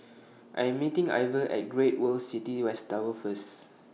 I Am meeting Iver At Great World City West Tower First